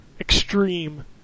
Extreme